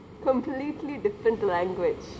completely different language